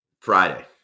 Friday